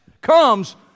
comes